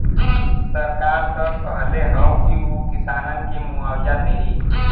सरकार त कहले हौ की उ किसानन के मुआवजा देही